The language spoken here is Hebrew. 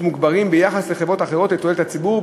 מוגברים ביחס לחברות אחרות לתועלת הציבור.